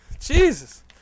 Jesus